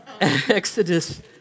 Exodus